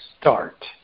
start